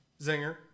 Zinger